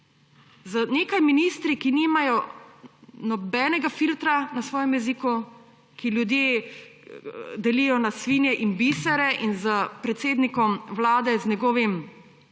Z nekaj ministri, ki nimajo nobenega filtra na svojem jeziku, ki ljudi delijo na svinje in bisere, in s predsednikom Vlade, z njegovim